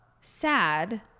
sad